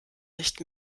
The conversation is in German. nicht